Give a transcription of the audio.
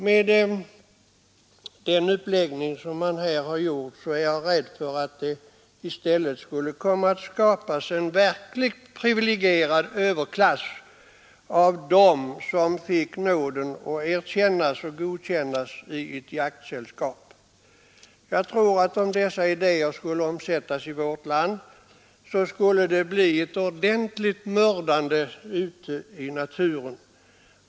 Med den uppläggning som man har gjort är jag rädd för att det i stället skulle komma att skapas en verkligt privilegierad överklass av dem som fick nåden att godkännas i ett jaktsällskap. Om dessa ideer skulle omsättas i vårt land, skulle det bli ett ordentligt mördande ute i naturen.